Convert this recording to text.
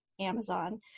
Amazon